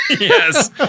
Yes